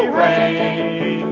rain